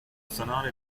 sonora